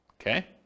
Okay